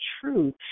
truth